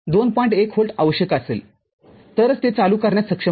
१ volt आवश्यक असेल तरच ते चालू करण्यास सक्षम होतील